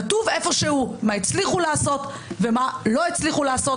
כתוב איפשהו מה הצליחו לעשות ומה לא הצליחו לעשות.